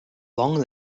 long